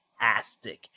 fantastic